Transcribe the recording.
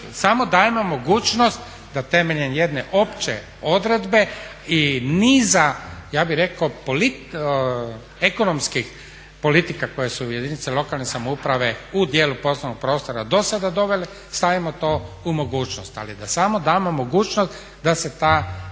samo dajemo mogućnost da temeljem jedne opće odredbe i niza ja bi rekao ekonomskih politika koje su jedinice lokalne samouprave u dijelu poslovnog prostora dosada dovele, stavimo to u mogućnost, ali da samo damo mogućnost da se ta